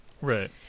Right